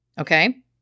Okay